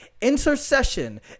Intercession